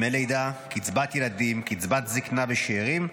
דמי לידה, קצבת ילדים, קצבת זקנה ושאירים,